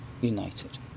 united